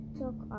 took